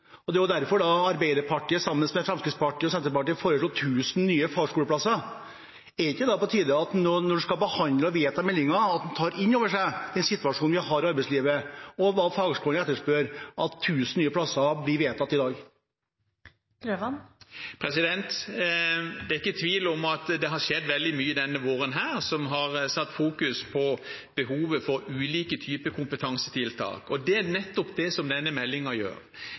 Det er derfor Arbeiderpartiet sammen med Fremskrittspartiet og Senterpartiet foreslår 1 000 nye fagskoleplasser. Når en skal behandle og vedta meldingen, er det ikke da på tide å ta inn over seg den situasjonen vi har i arbeidslivet, og det fagskolene etterspør, slik at 1 000 nye plasser blir vedtatt i dag? Det er ikke tvil om at det har skjedd veldig mye denne våren som har satt fokus på behovet for ulike typer kompetansetiltak, og det er nettopp det denne meldingen gjør.